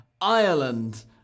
Ireland